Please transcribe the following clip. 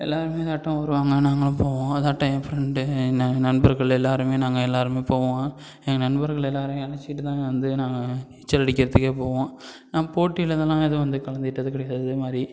எல்லாருமே இதாட்டம் வருவாங்க நாங்களும் போவோம் இதாட்டம் என் ஃப்ரெண்டு என் ந நண்பர்கள் எல்லாருமே நாங்கள் எல்லாருமே போவோம் எங்கள் நண்பர்கள் எல்லாரையும் அழைச்சிட்டு தான் வந்து நாங்கள் நீச்சல் அடிக்கிறத்துக்கே போவோம் நான் போட்டியில இதெல்லாம் எதுவும் வந்து கலந்துக்கிட்டது கிடையாது அதே மாதிரி